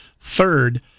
third